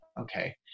okay